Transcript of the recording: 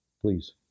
Please